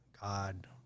God